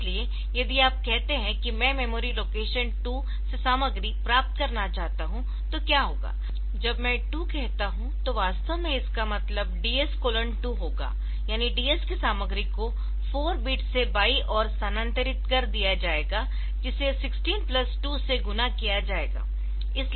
इसलिए यदि आप कहते है कि मैं मेमोरी लोकेशन 2 से सामग्री प्राप्त करना चाहता हूं तो क्या होगा जब मैं 2 कहता हूं तो वास्तव में इसका मतलब DS 2 होगा यानी DS की सामग्री को 4 बिट्स से बाई ओर स्थानांतरित कर दिया जाएगा जिसे 16 प्लस 2 से गुणा किया जाएगा